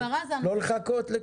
לא לחכות לכלום.